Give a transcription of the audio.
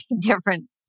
different